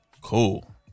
Cool